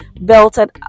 belted